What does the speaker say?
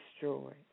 destroyed